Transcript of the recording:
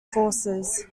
forces